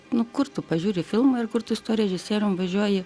nu kur tu pažiūri filmą ir kur tu su tuo režisieriumi važiuoji